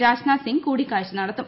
രാജ്നാഥ്സിംഗ് കൂടിക്കാഴ്ച നടത്തും